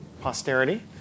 posterity